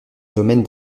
domaine